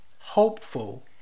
hopeful